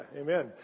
amen